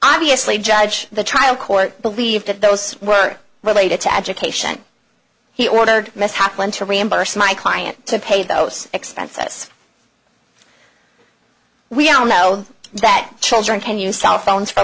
obviously judge the trial court believe that those were related to education he ordered mishap one to reimburse my client to pay those expenses we all know that children can use our phones for